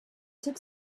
took